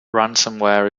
ransomware